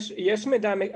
יש מידע.